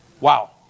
Wow